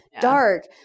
Dark